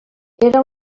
era